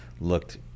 looked